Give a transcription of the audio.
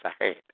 ahead